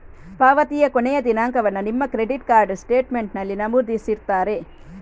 ಪಾವತಿಯ ಕೊನೆಯ ದಿನಾಂಕವನ್ನ ನಿಮ್ಮ ಕ್ರೆಡಿಟ್ ಕಾರ್ಡ್ ಸ್ಟೇಟ್ಮೆಂಟಿನಲ್ಲಿ ನಮೂದಿಸಿರ್ತಾರೆ